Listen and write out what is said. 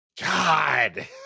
God